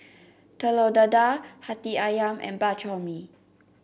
Telur Dadah Hati ayam and Bak Chor Mee